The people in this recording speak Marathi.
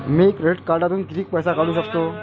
मी क्रेडिट कार्डातून किती पैसे काढू शकतो?